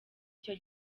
icyo